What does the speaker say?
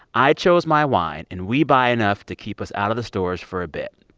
i chose my wine. and we buy enough to keep us out of the stores for a bit.